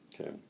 Okay